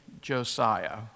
Josiah